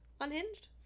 Unhinged